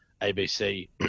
ABC